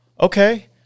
okay